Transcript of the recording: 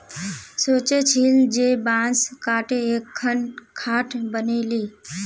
सोचे छिल जे बांस काते एकखन खाट बनइ ली